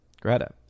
Greta